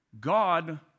God